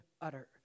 utter